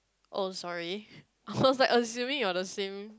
oh sorry I was like assuming all the same